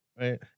right